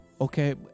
okay